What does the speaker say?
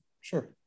sure